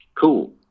Cool